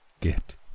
Get